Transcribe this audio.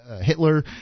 Hitler